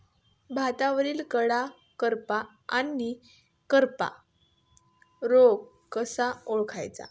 भातावरील कडा करपा आणि करपा रोग कसा ओळखायचा?